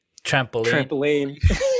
Trampoline